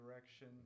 direction